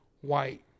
white